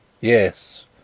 Yes